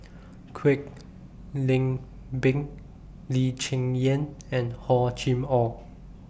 Kwek Leng Beng Lee Cheng Yan and Hor Chim Or